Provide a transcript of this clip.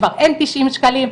כבר אין תשעים שקלים.